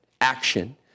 action